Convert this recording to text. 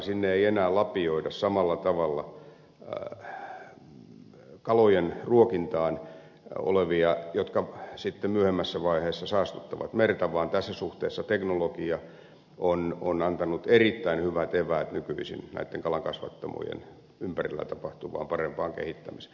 sinne ei enää lapioida samalla tavalla kalojen ruokintaan sellaista joka sitten myöhemmässä vaiheessa saastuttaa merta vaan tässä suhteessa teknologia on antanut erittäin hyvät eväät nykyisin näitten kalankasvattamojen ympärillä tapahtuvaan parempaan kehittämiseen